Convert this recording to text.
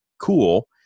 cool